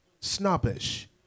snobbish